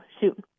shoot